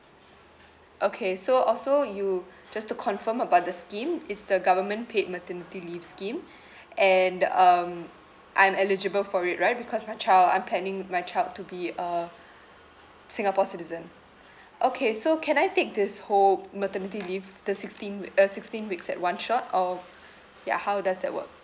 okay so also you just to confirm about the scheme is the government paid maternity leave scheme and um I'm eligible for it right because my child I'm planning my child to be a singapore citizen okay so can I take this whole maternity leave the sixteen we~ uh sixteen weeks at one shot or ya how does that work